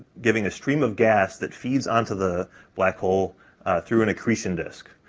giving a stream of gas that feeds onto the black hole through an accretion disk.